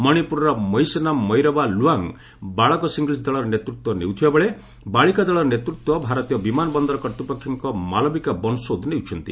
ମଣିପୁରର ମଇସନାମ ମୈଇରବା ଲୁୱାଙ୍ଗ୍ ବାଳକ ସିଙ୍ଗଲ୍ସ୍ ଦଳର ନେତୃତ୍ୱ ନେଉଥିବାବେଳେ ବାଳିକା ଦଳର ନେତୃତ୍ୱ ଭାରତୀୟ ବିମାନ ବନ୍ଦର କର୍ତ୍ତ୍ପକ୍ଷଙ୍କ ମାଲବିକା ବନସୋଦ୍ ନେଉଛନ୍ତି